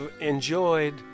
enjoyed